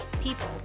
people